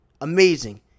amazing